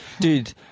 Dude